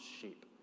sheep